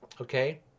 okay